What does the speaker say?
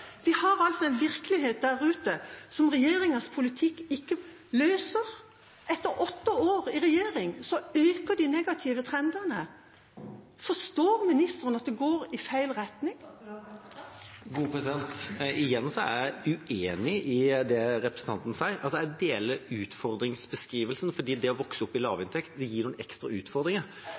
Vi har altså en virkelighet der ute som regjeringas politikk ikke løser. Etter åtte år i regjering øker de negative trendene. Forstår statsråden at det går i feil retning? Igjen er jeg uenig i det representanten Henriksen sier. Jeg deler utfordringsbeskrivelsen, for det å vokse opp med lav inntekt gir noen ekstra utfordringer.